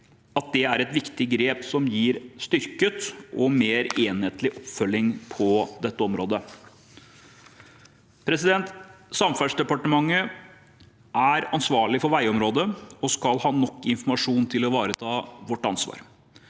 at det er et viktig grep som gir en styrket og mer enhetlig oppfølging på området. Samferdselsdepartementet er ansvarlig for veiområdet og skal ha nok informasjon til å ivareta sitt ansvar.